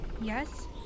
Yes